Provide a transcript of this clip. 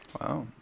wow